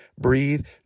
breathe